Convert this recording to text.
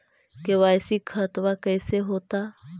KYC खतबा कैसे होता?